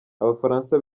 abafaransa